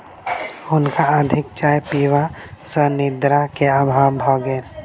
हुनका अधिक चाय पीबा सॅ निद्रा के अभाव भ गेल